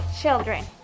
Children